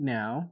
now